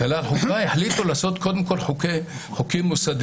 החליטו לעשות קודם כול חוקים מוסדיים,